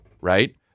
right